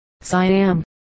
Siam